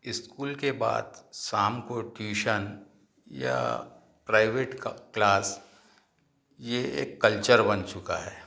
school के बाद शाम को ट्यूशन या प्राइवेट का क्लास यह एक कलचर बन चुका है